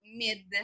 mid